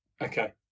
Okay